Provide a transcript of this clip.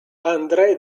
andré